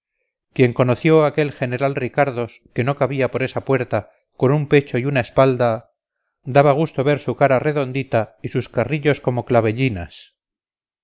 quien conoció a aquel general ricardos que no cabía por esa puerta con un pecho y una espalda daba gusto ver su cara redondita y sus carrillos como clavellinas